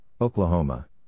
Oklahoma